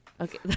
Okay